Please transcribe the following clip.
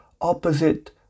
opposite